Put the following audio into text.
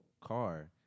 car